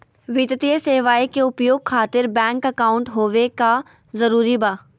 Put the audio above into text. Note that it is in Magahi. वित्तीय सेवाएं के उपयोग खातिर बैंक अकाउंट होबे का जरूरी बा?